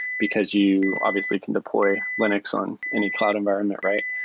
because you obviously can deploy linux on any cloud environment, right?